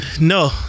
No